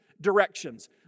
directions